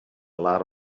lot